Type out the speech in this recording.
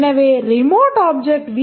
எனவே remote object we